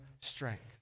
strength